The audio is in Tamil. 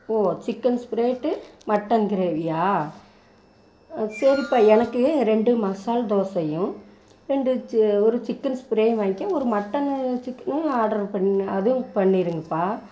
ஓ சிக்கன் ஸ்ப்ரேட்டு மட்டன் க்ரேவியா ஆ சரிப்பா எனக்கு ரெண்டு மசால் தோசையும் ரெண்டு ஒரு சிக்கன் ஸ்ப்ரேவும் வாங்கிறேன் ஒரு மட்டன் சிக்கன் ஆட்ரு பண்ணிணேன் அதுவும் பண்ணியிருங்ப்பா